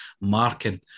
marking